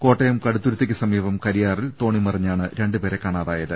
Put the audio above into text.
കോട്ടയം കടുത്തുരുത്തിക്ക് സമീപം കരി യാറിൽ തോണി മറിഞ്ഞാണ് രണ്ട് പേരെ കാണാതായ ത്